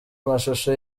amashusho